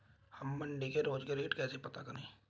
हम मंडी के रोज के रेट कैसे पता करें?